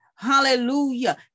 Hallelujah